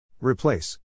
Replace